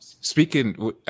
Speaking